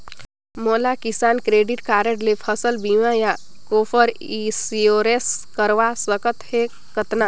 मोला किसान credit card ले फसल बीमा या क्रॉप इंश्योरेंस करवा सकथ हे कतना?